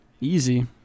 Easy